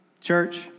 church